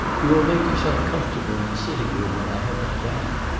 you will make yourself comfortable in the sitting-room while i have my bath.